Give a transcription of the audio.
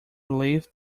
relief